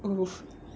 !oof!